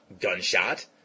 gunshot